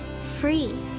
free